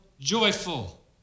joyful